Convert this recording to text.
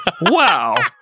Wow